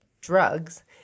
drugs